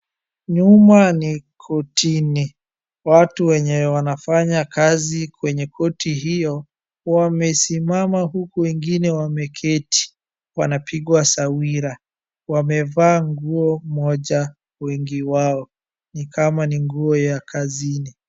Nyuma ni kotini, watu wenye wanafanya kazi kwenye koti hio wamesimama huku wengine wameketi wanapingwa sawira . waamevaa nguo moja wengi wao ni kama ni nguo ya kazini.